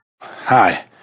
Hi